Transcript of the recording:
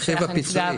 ברכיב הפיצויי.